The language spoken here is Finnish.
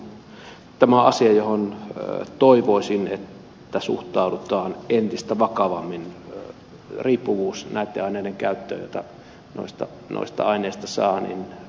minusta tämä on asia johon toivoisin suhtauduttavan entistä vakavammin sen riippuvuuden takia jonka näiden aineiden käyttäjä näistä aineista saa